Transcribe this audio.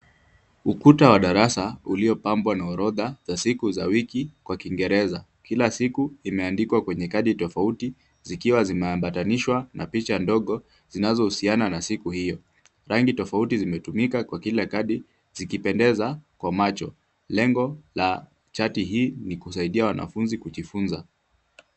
Ukuta wa darasa uliopambwa na orodha za siku za wiki kwa Kingereza. Kila siku imeandikwa kwenye kadi tofauti zikiwa zimeambatanishwa na picha ndogo zinazohusiana na siku hiyo. Rangi tofauti zimetumika kwa kila kadi zikipendeza kwa macho. Lengo la chati hii ni kusaidia wanafunzi kujifunza.